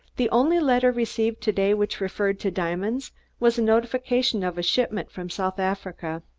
the only letter received to-day which referred to diamonds was a notification of a shipment from south africa.